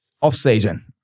Off-season